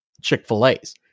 Chick-fil-A's